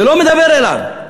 זה לא מדבר אליו.